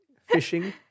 fishing